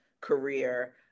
career